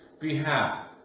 behalf